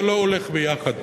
זה לא הולך יחד.